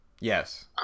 Yes